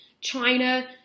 China